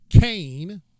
Cain